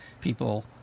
people